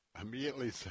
Immediately